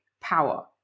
Power